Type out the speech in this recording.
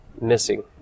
missing